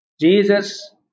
Jesus